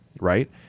right